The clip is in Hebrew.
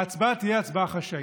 ההצבעה תהיה הצבעה חשאית.